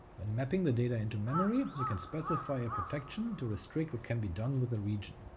when mapping the data into memory, you can specify a protection to restrict what can be done with the region.